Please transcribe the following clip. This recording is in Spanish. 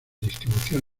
distribución